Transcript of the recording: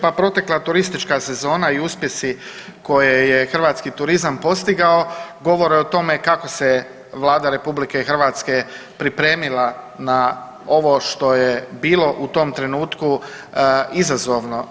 Pa protekla turistička sezona i uspjesi koje je hrvatski turizam postigao govore o tome kako se Vlada RH pripremila na ovo što je bilo u tom trenutku izazovno.